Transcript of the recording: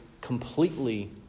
completely